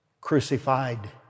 crucified